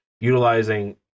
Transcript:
utilizing